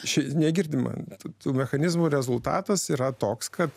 negirdima tų mechanizmų rezultatas yra toks kad